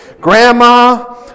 Grandma